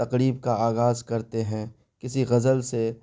تقریب کا آغاز کرتے ہیں کسی غزل سے